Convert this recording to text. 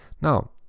Now